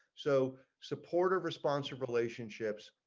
so supportive response relationships,